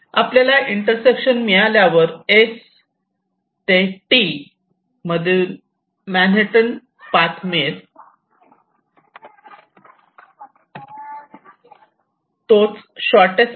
आपल्याला इंटरसेक्शन मिळाल्यावर S ते आणि T मधील मॅनहॅटन पाथ मिळेल तोच शॉर्टटेस्ट पाथ असू शकेल